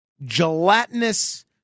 gelatinous